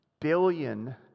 billion